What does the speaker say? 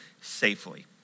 safely